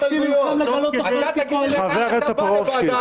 חבר הכנסת קושניר,